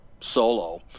solo